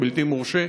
הבלתי-מורשה,